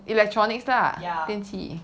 ya